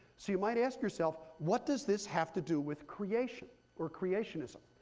so you might ask yourself, what does this have to do with creation or creationism?